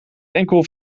enkel